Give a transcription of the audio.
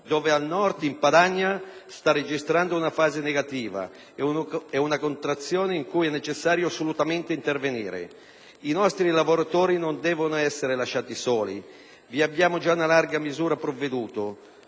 dove al Nord, in Padania, sta registrando una fase negativa e una contrazione, per cui è necessario assolutamente intervenire. I nostri lavoratori non devono essere lasciati soli. Vi abbiamo già in larga misura provveduto